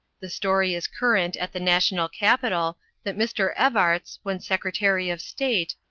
the story is current at the national capital that mr. evarts, when secretary of state,